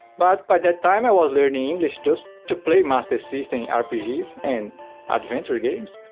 but by that time i was learning english just to play master system rpgs and adventure games.